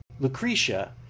Lucretia